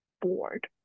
bored